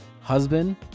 Husband